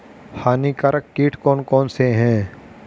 हानिकारक कीट कौन कौन से हैं?